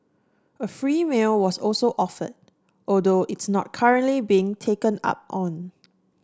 a free meal was also offered although it's not currently being taken up on